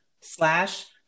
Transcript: slash